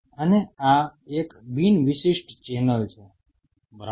અને આ એક બિન વિશિષ્ટ ચેનલ છે બરાબર